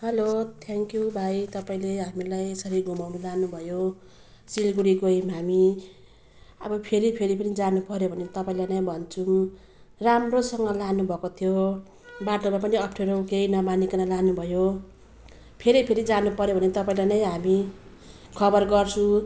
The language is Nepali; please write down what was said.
हेलो थ्याङ्क् यु भाइ तपाईँले हामीलाई यसरी घुमाउनु लानु भयो सिलगडी गयौँ हामी अब फेरि फेरि जानु पऱ्यो भने तपाईँलाई नै भन्छौँ राम्रोसँग लानु भएको थियो बाटोमा पनि अप्ठ्यारो केही नामानीकन लानु भयो फेरि फेरि जानु पऱ्यो भने तपाईँलाई नै हामी खबर गर्छौँ